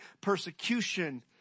persecution